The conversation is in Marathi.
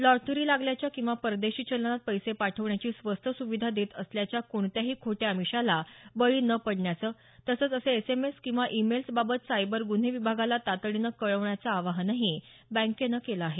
लॉटरी लागल्याच्या किंवा परदेशी चलनात पैसे पाठवण्याची स्वस्त सुविधा देत असल्याच्या कोणत्याही खोट्या अमिषाला बळी न पडण्याचं तसंच असे एसएसमएस किंवा इ मेल्स बाबत सायबर गुन्हे विभागाला तातडीनं कळवण्याचं आवाहनही बँकेनं केलं आहे